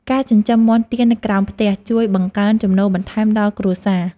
ការចិញ្ចឹមមាន់ទានៅក្រោមផ្ទះ ជួយបង្កើនចំណូលបន្ថែមដល់គ្រួសារ។